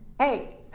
hey,